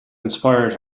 inspired